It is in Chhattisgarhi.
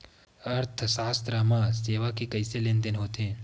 अर्थशास्त्र मा सेवा के कइसे लेनदेन होथे?